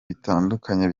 bitandukanye